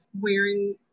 wearing